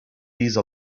these